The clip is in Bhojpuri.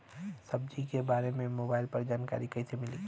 सब्जी के बारे मे मोबाइल पर जानकारी कईसे मिली?